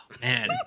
man